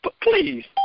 please